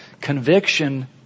Conviction